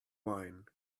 wine